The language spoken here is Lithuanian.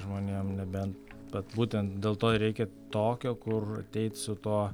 žmonėm nebent vat būtent dėl to ir reikia tokio kur ateit su tuo